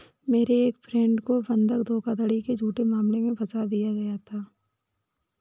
मेरे एक मित्र को बंधक धोखाधड़ी के झूठे मामले में फसा दिया गया था